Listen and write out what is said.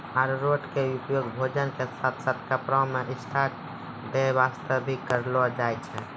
अरारोट के उपयोग भोजन के साथॅ साथॅ कपड़ा मॅ स्टार्च दै वास्तॅ भी करलो जाय छै